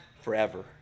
forever